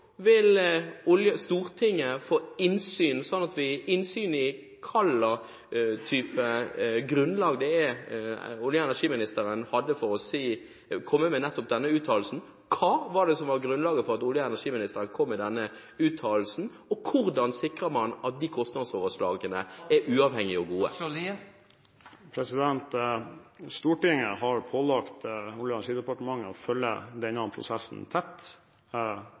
vil Stortinget få innsyn i hvilket grunnlag olje- og energiministeren hadde for å komme med nettopp denne uttalelsen? Hva var grunnlaget for at olje- og energiministeren kom med denne uttalelsen, og hvordan sikrer man at de kostnadsoverslagene er uavhengige og gode? Stortinget har pålagt Olje- og energidepartementet å følge denne prosessen tett.